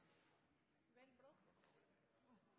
vel